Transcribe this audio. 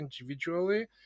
individually